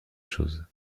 chose